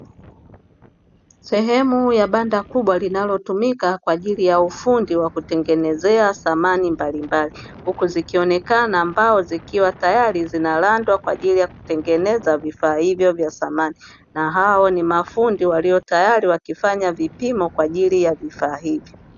Sehemu ya banda kubwa linalotumika kwa ajili ya ufundi wa kutengenezea samani mbalimbali huku zikionekana mbao zikiwa tayari zinarandwa kwa ajili ya kutengeneza vifaa hivyo vya samani na hao ni mafundi waliyo tayari wakifanya vipimo kwa ajili ya vifaa hivi.